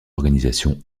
organisation